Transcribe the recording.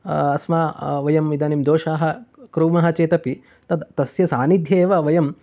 अस्मा वयम् इदानीं दोषाः कुर्मः चेत् अपि तस्य सान्निध्ये एव वयं